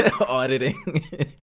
Auditing